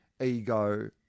ego